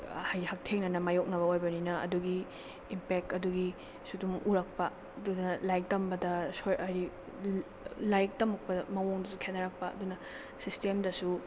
ꯍꯛꯊꯦꯡꯅꯅ ꯃꯥꯏꯌꯣꯛꯅꯕ ꯑꯣꯏꯕꯅꯤꯅ ꯑꯗꯨꯒꯤ ꯏꯝꯄꯦꯛ ꯑꯗꯨꯒꯤ ꯁꯨꯗꯨꯝ ꯎꯔꯛꯄ ꯑꯗꯨꯅ ꯂꯥꯏꯔꯤꯛ ꯇꯝꯕꯗ ꯂꯥꯏꯔꯤꯛ ꯇꯝꯃꯛꯄꯗ ꯃꯑꯣꯡꯗꯨꯁꯨ ꯈꯦꯠꯅꯔꯛꯄ ꯑꯗꯨꯅ ꯁꯤꯁꯇꯦꯝꯗꯁꯨ